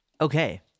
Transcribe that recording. Okay